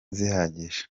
zihagije